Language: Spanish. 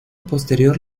posterior